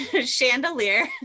Chandelier